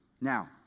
Now